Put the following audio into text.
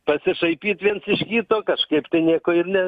pasišaipyt viens iš kito kažkaip tai nieko ir ne